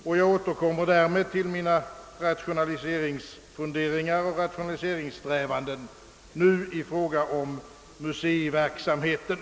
Och jag återkommer därmed till mina rationaliseringsfunderingar och rationaliseringssträvanden, nu i fråga om museiverksamheten.